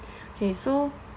okay so